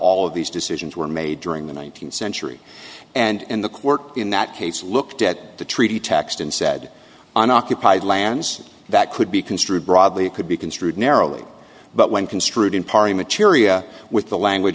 all of these decisions were made during the nineteenth century and the court in that case looked at the treaty text and said on occupied lands that could be construed broadly it could be construed narrowly but when construed in pari materia with the language